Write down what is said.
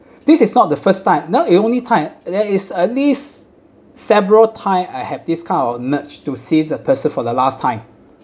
this is not the first time not the only time and then is at least several time I have this kind of nudge to see the person for the last time